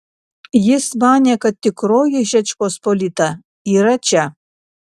jis manė kad tikroji žečpospolita yra čia